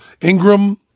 Ingram